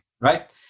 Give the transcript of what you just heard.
right